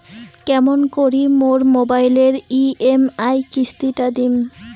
কেমন করি মোর মোবাইলের ই.এম.আই কিস্তি টা দিম?